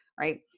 right